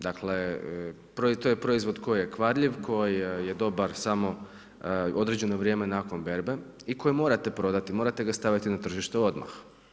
Dakle to je proizvod koji je kvarljiv, koji je dobar samo određeno vrijeme nakon berbe i koji morate prodati, morate ga staviti na tržište odmah.